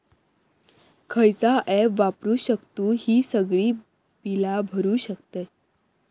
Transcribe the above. खयचा ऍप वापरू शकतू ही सगळी बीला भरु शकतय?